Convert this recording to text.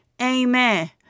Amen